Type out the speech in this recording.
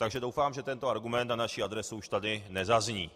Takže doufám, že tento argument na naši adresu už tady nezazní.